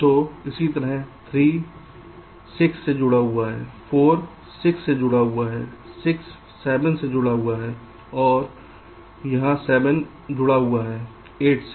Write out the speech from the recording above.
तो इसी तरह से 3 6 से जुड़ा हुआ है 4 6 से जुड़ा है और 6 7 से जुड़ा है और यहाँ 7जुड़ा है 8 से